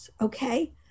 okay